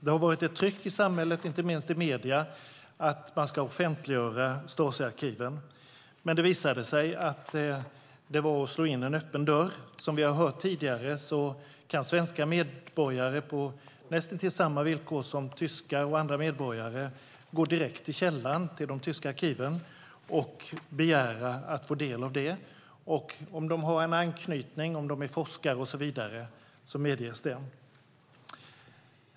Det har varit ett tryck i samhället, inte minst i medierna, på att man ska offentliggöra Stasiarkiven. Men det visade sig att det var att slå in en öppen dörr. Som vi har hört tidigare kan svenska medborgare på näst intill samma villkor som tyskar och andra medborgare gå direkt till källan, till de tyska arkiven, och begära att få del av detta. Om de har en anknytning eller om de är forskare och så vidare medges det.